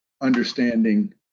understanding